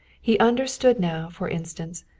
he understood now, for instance,